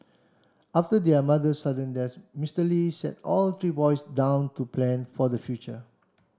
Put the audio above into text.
after their mother's sudden death Mister Li sat all three boys down to plan for the future